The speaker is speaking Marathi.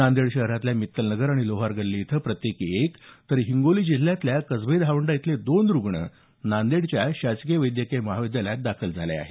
नांदेड शहरातल्या मित्तलनगर आणि लोहार गल्ली इथं प्रत्येकी एक तर हिंगोली जिल्ह्यातल्या कसबे धावंडा इथले दोन रुग्ण नांदेडच्या शासकीय वैद्यकीय महाविद्यालयात दाखल झाले आहेत